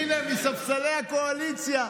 הינה, מספסלי הקואליציה.